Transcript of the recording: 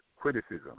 criticism